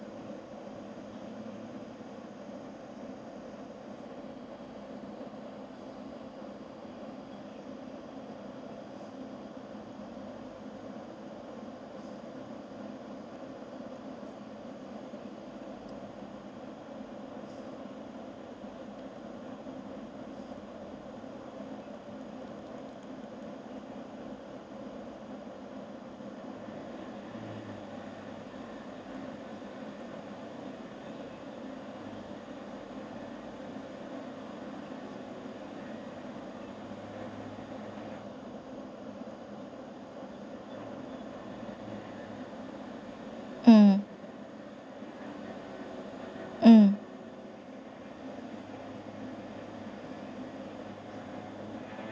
uh uh